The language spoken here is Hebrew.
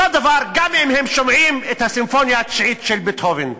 זה אותו דבר גם אם הם שומעים את הסימפוניה התשיעית של בטהובן.